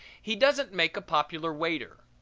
he doesn't make a popular waiter.